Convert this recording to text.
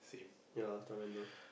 ya Charmander